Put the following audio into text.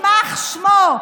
יימח שמו,